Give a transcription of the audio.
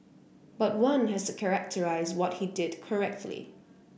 but one has to characterise what he did correctly